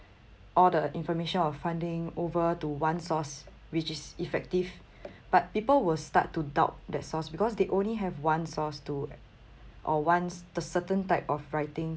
all the information of funding over to one source which is effective but people will start to doubt that source because they only have one source to or once the certain type of writing